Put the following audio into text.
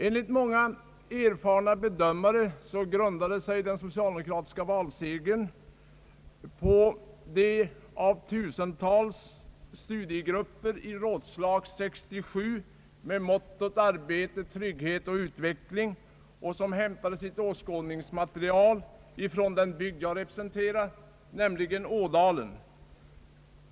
Enligt många erfarna bedömare grundlades den socialdemokratiska valsegern av de tusentals studiegrupperna i Rådslag 67 med mottot Arbete — Trygghet — Utveckling, som hämtade sitt åskådningsmaterial från den bygd jag representerar, nämligen Ådalen.